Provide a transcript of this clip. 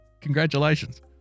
Congratulations